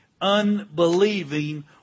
unbelieving